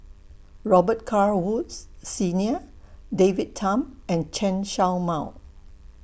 Robet Carr Woods Senior David Tham and Chen Show Mao